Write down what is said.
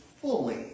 fully